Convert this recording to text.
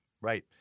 right